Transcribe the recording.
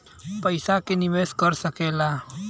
पइसा के निवेस कर सकेला